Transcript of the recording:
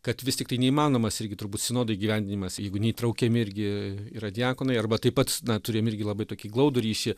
kad vis tiktai neįmanomas irgi turbūt sinodo įgyvendinimas jeigu neįtraukiami irgi yra diakonai arba taip pat na turim irgi labai tokį glaudų ryšį